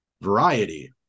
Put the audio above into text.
variety